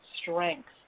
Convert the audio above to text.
strength